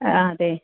ആ അതെ